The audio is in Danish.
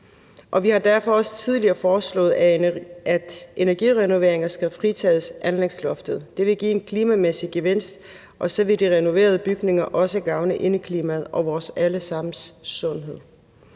vi har derfor også tidligere foreslået, at energirenoveringer skal fritages for anlægsloftet. Det vil give en klimamæssig gevinst, og så vil de renoverede bygninger også gavne indeklimaet og vores alle sammens sundhed.